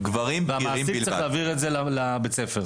והמעסיק צריך להעביר את זה לבית הספר.